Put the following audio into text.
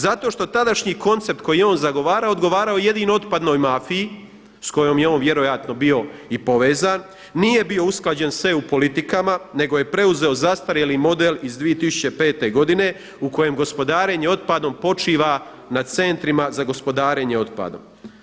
Zato što tadašnji koncept koji je on zagovarao odgovarao jedino otpadnoj mafiji, s kojom je on vjerojatno bio i povezan, nije bio usklađen s eu politikama nego je preuzeo zastarjeli model iz 2005. godine u kojem gospodarenje otpadom počiva na centrima za gospodarenje otpadom.